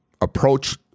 approach